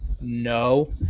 no